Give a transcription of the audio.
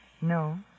No